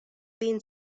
been